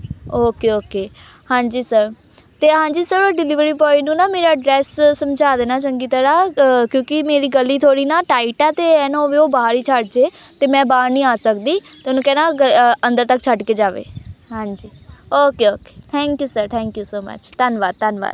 okay okay ਹਾਂਜੀ sir ਅਤੇ ਹਾਂਜੀ ਸਰ ਉਹ ਡਿਲੀਵਰੀ ਬੋਆਏ ਨੂੰ ਨਾ ਮੇਰਾ ਐਡਰੈਸ ਸਮਝਾ ਦੇਣਾ ਚੰਗੀ ਤਰ੍ਹਾਂ ਕਿਉਂਕਿ ਮੇਰੀ ਗਲੀ ਥੋੜ੍ਹੀ ਨਾ ਟਾਈਟ ਆ ਅਤੇ ਇਹ ਨਾ ਹੋਵੇ ਉਹ ਬਾਹਰ ਹੀ ਛੱਡ ਜੇ ਅਤੇ ਮੈਂ ਬਾਹਰ ਨਹੀਂ ਆ ਸਕਦੀ ਤੇ ਉਹਨੂੰ ਕਹਿਣਾ ਅੰਦਰ ਤੱਕ ਛੱਡ ਕੇ ਜਾਵੇ ਹਾਂਜੀ okay okay thank you sir thank you so much ਧੰਨਵਾਦ ਧੰਨਵਾਦ